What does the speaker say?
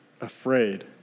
afraid